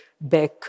back